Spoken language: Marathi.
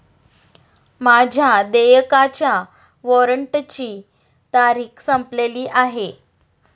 माझ्या देयकाच्या वॉरंटची तारीख संपलेली आहे